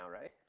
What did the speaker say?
right